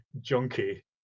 junkie